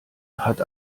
hat